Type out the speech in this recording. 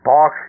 Box